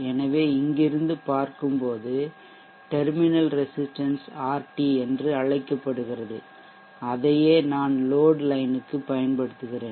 எனவே இங்கிருந்து பார்க்கும்போது டெர்மினல் ரெசிஸ்டன்ஷ் ஆர்டி என்று அழைக்கப்படுகிறது அதையே நான் லோட் லைன்க்கு பயன்படுத்துகிறேன்